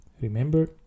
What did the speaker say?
remember